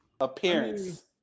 appearance